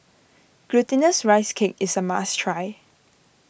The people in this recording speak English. Glutinous Rice Cake is a must try